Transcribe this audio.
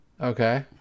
Okay